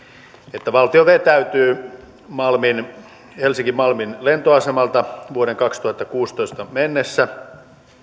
että valtio vetäytyy helsinki malmin lentoasemalta vuoteen kaksituhattakuusitoista mennessä